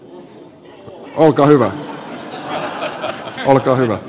olkaa hyvä